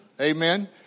Amen